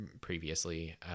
previously